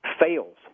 fails